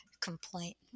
complaint